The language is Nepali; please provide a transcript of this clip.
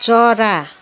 चरा